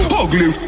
ugly